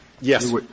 Yes